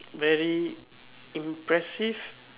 very impressive